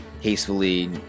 hastily